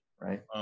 right